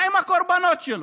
מה עם הקורבנות שלו?